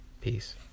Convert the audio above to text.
Peace